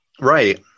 Right